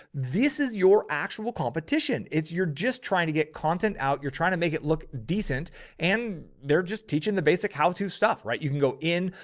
this is your actual competition. it's, you're just trying to get content out. you're trying to make it look deep and they're just teaching the basic how to stuff, right. you can go in.